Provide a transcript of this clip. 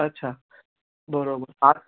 अच्छा बराबरि हा